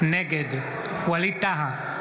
נגד ווליד טאהא,